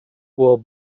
will